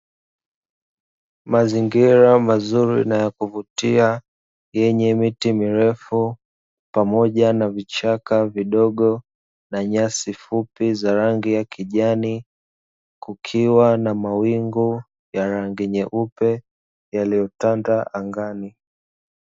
Mazingira mazuri na ya kuvutia yenye miti mirefu pamoja na vichaka vidogo na nyasi fupi za rangi ya kijani, kukiwa na mawingu ya rangi nyeupe yaliyotanda angani.